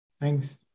Thanks